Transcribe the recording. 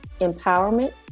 empowerment